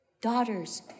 daughters